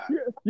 Yes